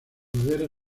madera